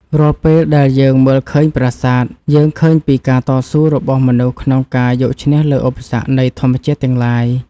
រាល់ពេលដែលយើងមើលឃើញប្រាសាទ យើងឃើញពីការតស៊ូរបស់មនុស្សក្នុងការយកឈ្នះលើឧបសគ្គនៃធម្មជាតិទាំងឡាយ។